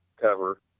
cover